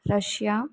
Russia